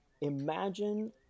imagine